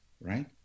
right